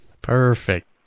Perfect